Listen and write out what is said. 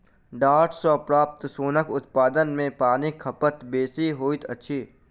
डांट सॅ प्राप्त सोनक उत्पादन मे पाइनक खपत बेसी होइत अछि